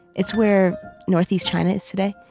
it's where northeast china is today.